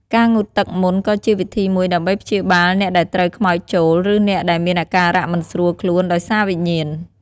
ការងូតទឹកមន្តក៏ជាវិធីមួយដើម្បីព្យាបាលអ្នកដែលត្រូវខ្មោចចូល ឬអ្នកដែលមានអាការៈមិនស្រួលខ្លួនដោយសារវិញ្ញាណ។